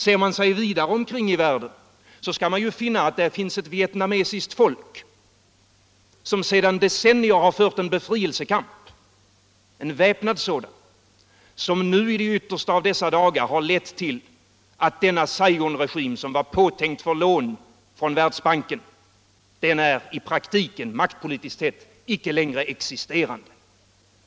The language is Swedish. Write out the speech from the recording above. Ser man sig vidare omkring i världen, skall man finna att det finns ett viet namesiskt folk som sedan decennier har fört en befrielsekamp, en väpnad sådan, som nu i det yttersta av dessa dagar har lett till att den Saigonregim som var påtänkt för lån för Världsbanken i praktiken, maktpolitiskt sett, icke längre existerar.